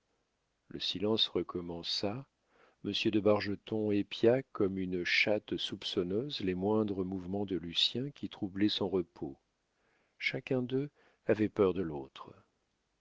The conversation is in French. le silence recommença monsieur de bargeton épia comme une chatte soupçonneuse les moindres mouvements de lucien qui troublait son repos chacun d'eux avait peur de l'autre